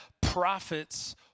prophets